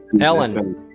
Ellen